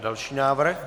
Další návrh.